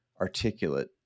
articulate